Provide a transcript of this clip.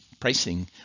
pricing